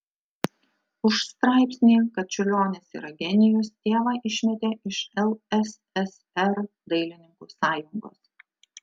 už straipsnį kad čiurlionis yra genijus tėvą išmetė iš lssr dailininkų sąjungos